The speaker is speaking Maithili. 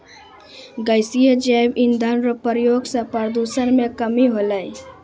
गैसीय जैव इंधन रो प्रयोग से प्रदूषण मे कमी होलै